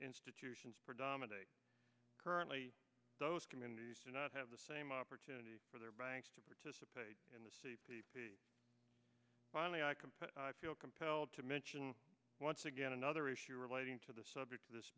institutions predominate currently those communities do not have the same opportunity for their banks to participate in the c p p finally i compare feel compelled to mention once again another issue relating to the subject of this